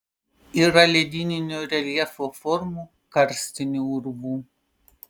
yra ledyninio reljefo formų karstinių urvų